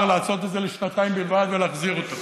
לעשות את זה לשנתיים בלבד ולהחזיר אותו.